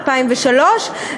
2003,